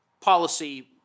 policy